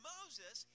Moses